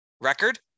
record